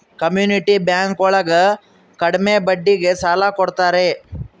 community bank ಒಳಗ ಕಡ್ಮೆ ಬಡ್ಡಿಗೆ ಸಾಲ ಕೊಡ್ತಾರೆ